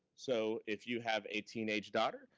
so if you have a teenage daughter,